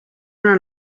una